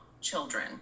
children